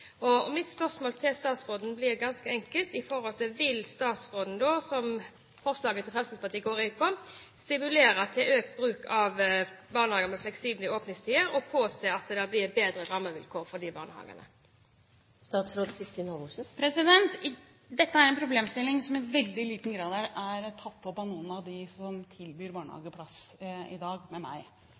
Mitt spørsmål til statsråden blir ganske enkelt: Vil statsråden, som forslaget til Fremskrittspartiet går ut på, stimulere til økt bruk av barnehager med fleksible åpningstider og påse at det blir bedre rammevilkår for disse barnehagene? Dette er en problemstilling som i veldig liten grad er tatt opp med meg av noen av de som tilbyr barnehageplass i dag.